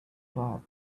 but